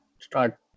start